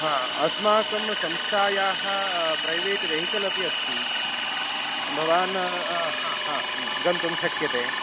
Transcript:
हा अस्माकं संस्थायाः प्रैवेट् वेहिकल् अपि अस्ति भवान् आ हा हा गन्तुं शक्यते